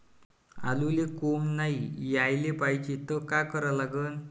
आलूले कोंब नाई याले पायजे त का करा लागन?